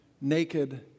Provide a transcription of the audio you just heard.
naked